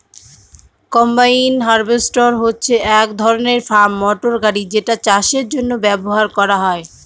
combine harvester হচ্ছে এক ধরনের ফার্ম মটর গাড়ি যেটা চাষের জন্য ব্যবহার করা হয়